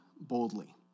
boldly